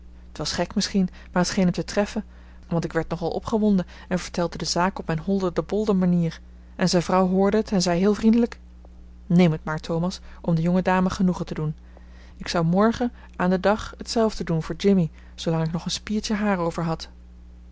t was gek misschien maar het scheen hem te treffen want ik werd nogal opgewonden en vertelde de zaak op mijn holderdebolder manier en zijn vrouw hoorde het en zei heel vriendelijk neem het maar thomas om de jonge dame genoegen te doen ik zou morgen aan den dag hetzelfde doen voor jimmy zoolang ik nog een spiertje haar over had